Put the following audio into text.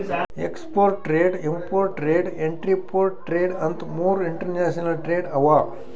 export trade, import trade, entrepot trade ಅಂತ್ ಮೂರ್ international trade ಅವಾ